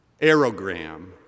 aerogram